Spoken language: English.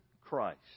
Christ